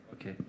okay